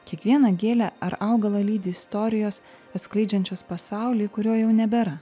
kiekvieną gėlę ar augalą lydi istorijos atskleidžiančios pasaulį kurio jau nebėra